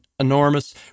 enormous